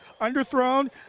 underthrown